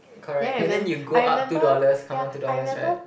um correct and then you go up two dollars come down two dollars right